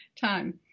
Time